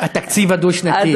התקציב הדו-שנתי,